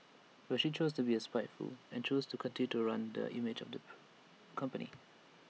but she chose to be spiteful and chose to continue to ruin the image of the company